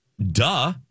duh